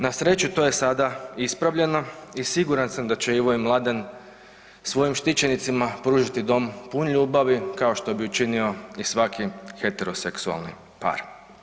Na sreću to je sada ispravljeno i siguran sam da će Ivo i Mladen svojim štićenicima pružiti dom pun ljubavi kao što bi učinio i svaki heteroseksualni par.